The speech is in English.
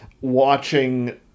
watching